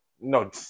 No